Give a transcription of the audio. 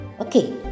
okay